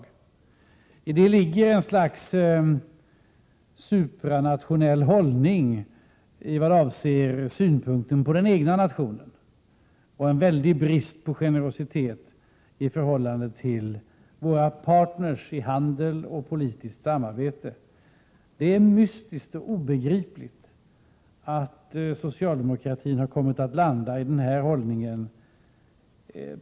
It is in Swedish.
I denna hållning ligger ett slags supranationell hållning i vad avser synpunkten på den egna nationen och en väldig brist på generositet i förhållandet till våra partner inom handeln och i politiskt samarbete. Det är mystiskt och obegripligt att socialdemokratin har kommit att inta denna hållning.